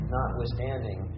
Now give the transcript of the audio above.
Notwithstanding